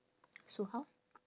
so how